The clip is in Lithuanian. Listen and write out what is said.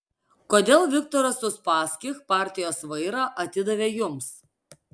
kodėl viktoras uspaskich partijos vairą atidavė jums